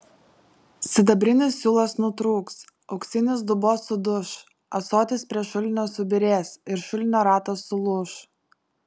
sidabrinis siūlas nutrūks auksinis dubuo suduš ąsotis prie šulinio subyrės ir šulinio ratas sulūš